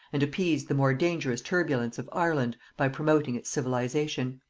and appeased the more dangerous turbulence of ireland by promoting its civilization.